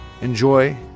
enjoy